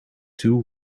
toe